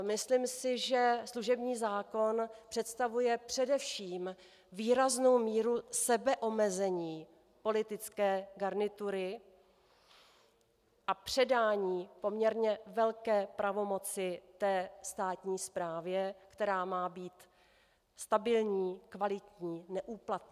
Myslím si, že služební zákon představuje především výraznou míru sebeomezení politické garnitury a předání poměrně velké pravomoci státní správě, která má být stabilní, kvalitní, neúplatná.